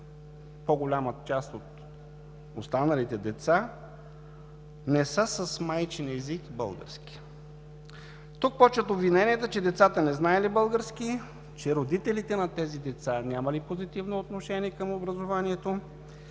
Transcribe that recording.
По-голямата част от останалите деца не са с майчин език български. Тук започват обвиненията, че децата не знаели български, че родителите на тези деца нямали позитивно отношение към образованието,